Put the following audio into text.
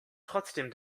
trotzdem